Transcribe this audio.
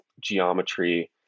geometry